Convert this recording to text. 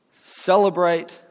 celebrate